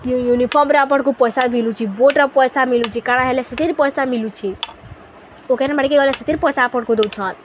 ୟୁନିଫର୍ମର ଆପଣଙ୍କୁ ପଇସା ମିଲୁଛି ବୁଟ୍ର ପଇସା ମିଲୁଛି କାଣା ହେଲେ ସେଥିରେ ପଇସା ମିଲୁଛି ଓକାନ ବାଡ଼କି ଗଲେ ସେଥିରେ ପଇସା ଆପଣଙ୍କୁ ଦେଉଛନ୍